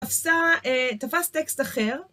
תפסה, אה... תפס טקסט אחר.